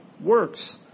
works